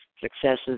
successes